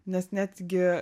nes netgi